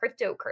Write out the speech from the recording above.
cryptocurrency